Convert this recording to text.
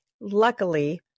Luckily